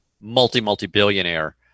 multi-multi-billionaire